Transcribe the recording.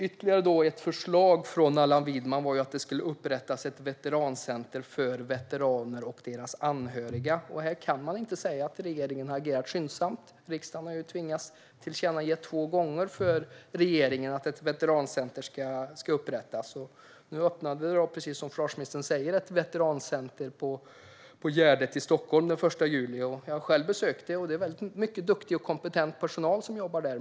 Ytterligare ett förslag från Allan Widman var att det skulle upprättas ett veterancenter för veteraner och deras anhöriga, och här kan man inte säga att regeringen har agerat skyndsamt. Riksdagen har ju tvingats tillkännage två gånger för regeringen att ett veterancenter ska inrättas. Nu öppnade, som försvarsministern säger, ett veterancenter på Gärdet i Stockholm den 1 juli i år. Jag har själv besökt det, och det är väldigt mycket duktig och kompetent personal som jobbar där.